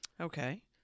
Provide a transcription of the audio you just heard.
Okay